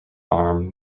arm